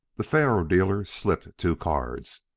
the faro-dealer slipped two cards.